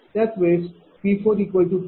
त्याच वेळेस PPL0